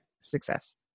success